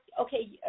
okay